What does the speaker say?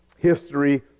History